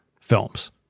films